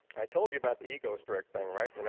i told you about the ego stroke thing, right?